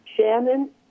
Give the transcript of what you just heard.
Shannon